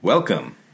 Welcome